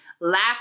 laugh